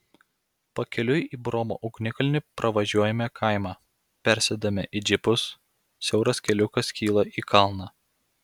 pakeliui į bromo ugnikalnį pravažiuojame kaimą persėdame į džipus siauras keliukas kyla į kalną